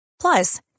Plus